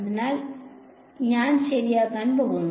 അതിനാൽ ഞാൻ ശരിയാകാൻ പോകുന്നു